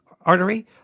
artery